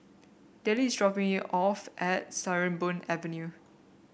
Dellie is dropping me off at Sarimbun Avenue